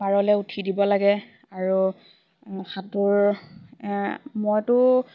পাৰলৈ উঠি দিব লাগে আৰু সাঁতোৰ মইতো